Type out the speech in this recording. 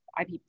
IP